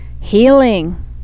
healing